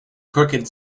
crooked